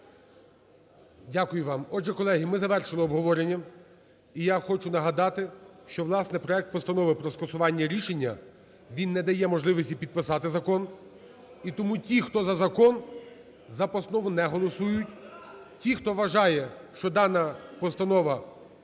Дякую вам. Отже, колеги, ми завершили обговорення. І я хочу нагадати, що, власне, проект постанови про скасування рішення, він не дає можливості підписати закон. І тому ті, хто за закон, за постанову не голосують; ті, хто вважає, що дана постанова